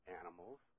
animals